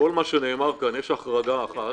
בכל מה שנאמר כאן יש החרגה אחת.